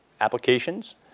applications